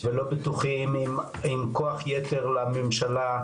ולא בטוחים אם כוח יתר לממשלה,